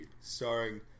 Starring